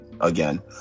again